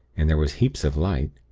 and there was heaps of light.